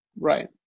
right